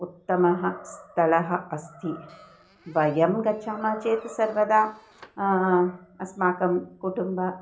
उत्तमं स्तलम् अस्ति वयं गच्छामः चेत् सर्वदा अस्माकं कुटुम्बः